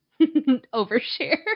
overshare